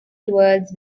towards